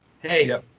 Hey